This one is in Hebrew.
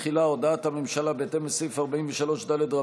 תחילה הודעת הממשלה בהתאם לסעיף 43 ד(ד)